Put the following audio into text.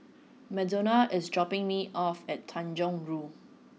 Madonna is dropping me off at Tanjong Rhu